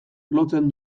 lotzen